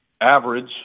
average